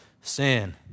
sin